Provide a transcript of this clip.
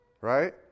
Right